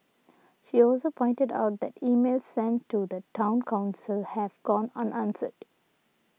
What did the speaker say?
she also pointed out that emails sent to the Town Council have gone unanswered